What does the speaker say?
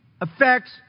affects